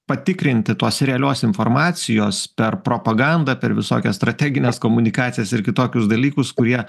patikrinti tos realios informacijos per propagandą per visokias strategines komunikacijas ir kitokius dalykus kurie